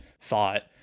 thought